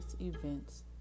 events